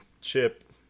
chip